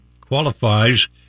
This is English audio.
qualifies